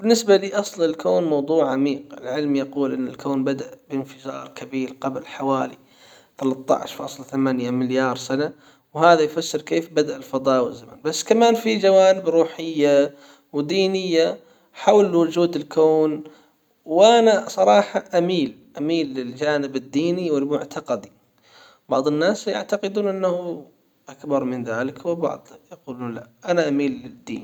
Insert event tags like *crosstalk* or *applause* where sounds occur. بالنسبة لأصل الكون موضوع عميق العلم يقول ان الكون بدأ بانفجار كبير قبل حوالي ثلاثة عشر فاصلة ثمانية مليار سنة وهذا يفسر كيف بدأ الفضاء والزمان بس كمان في جوانب روحية ودينية حول وجود الكون وانا صراحة اميل *hesitation* اميل للجانب الديني والمعتقدي بعض الناس يعتقدون انه اكبر من ذلك وبعض يقولون لا انا ميل للدين.